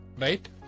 right